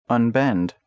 Unbend